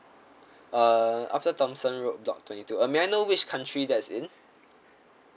uh upper thomson road block twenty two uh may I know which country that's in